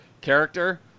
character